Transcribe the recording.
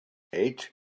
eight